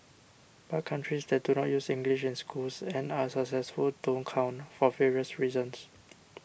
but countries that do use English in schools and are successful don't count for various reasons